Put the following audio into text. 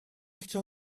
chtěl